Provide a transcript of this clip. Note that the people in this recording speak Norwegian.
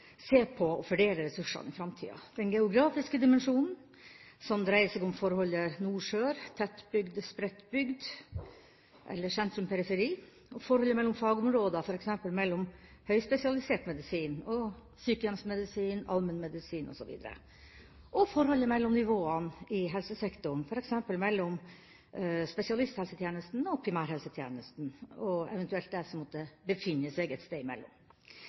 se på og fordele ressursene i framtida: den geografiske dimensjonen, som dreier seg om forholdet nord–sør, tettbygd–spredtbygd eller sentrum–periferi forholdet mellom fagområder, f.eks. mellom høyspesialisert medisin og sykehjemsmedisin og allmennmedisin osv. forholdet mellom nivåene i helsesektoren, f.eks. mellom spesialisthelsetjenesten og primærhelsetjenesten, og eventuelt det som måtte befinne seg et sted imellom